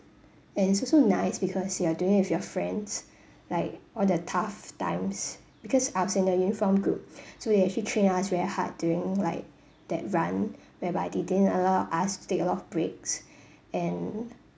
and it's also nice because you are doing it with your friends like all the tough times because I was in the uniform group so they actually train us very hard during like that run whereby they didn't allow us to take a lot of breaks and